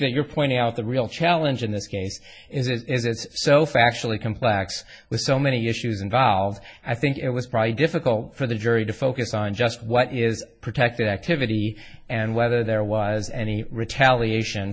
that you're pointing out the real challenge in this case is it's so factually complex with so many issues involved i think it was probably difficult for the jury to focus on just what is protected activity and whether there was any retaliation